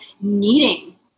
needing